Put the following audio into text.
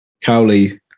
Cowley